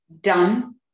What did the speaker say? done